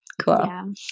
Cool